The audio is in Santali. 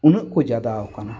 ᱩᱱᱟᱹᱜ ᱠᱚ ᱡᱟᱫᱟᱣ ᱠᱟᱱᱟ